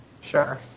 Sure